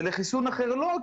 ולחיסון אחר לא,